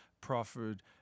proffered